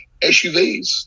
SUVs